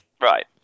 Right